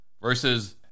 versus